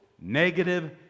negative